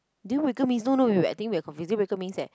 deal breaker means no no you I think we're confused deal breaker means that